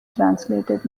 translated